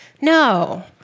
No